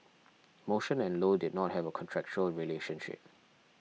motion and low did not have a contractual relationship